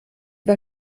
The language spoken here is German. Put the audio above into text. war